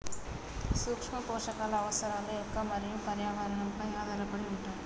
సూక్ష్మపోషకాల అవసరాలు మొక్క మరియు పర్యావరణంపై ఆధారపడి ఉంటాయి